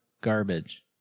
garbage